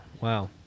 wow